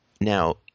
Now